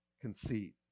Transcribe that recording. conceit